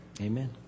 Amen